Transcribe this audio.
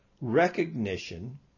recognition